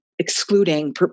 excluding